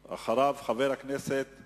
אחריו, חבר הכנסת